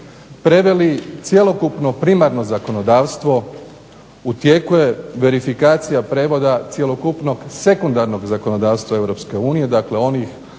preveli cjelokupno primarno zakonodavstvo. U tijeku je verifikacija prijevoda cjelokupnog sekundarnog zakonodavstva Europske unije,